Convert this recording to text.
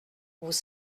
vous